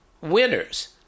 winners